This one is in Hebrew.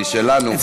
משלנו,